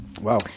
Wow